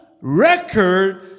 record